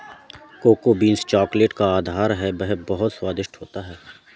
cocoa beans chocolate का आधार है वह बहुत स्वादिष्ट होता है